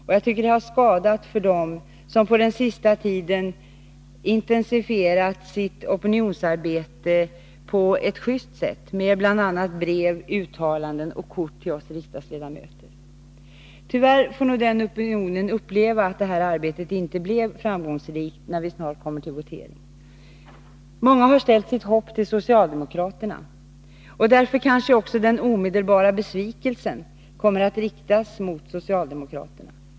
De har varit till skada för dem som den senaste tiden på ett just sätt intensifierat sitt opinionsarbete med bl.a. uttalanden, brev och kort till oss riksdagsledamöter. Tyvärr får nog den opinionen uppleva att detta arbete inte blev framgångsrikt när vi snart kommer till votering. Många har ställt sitt hopp till socialdemokraterna. Därför kommer kanske också den omedelbara besvikelsen att riktas mot socialdemokraterna.